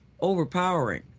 overpowering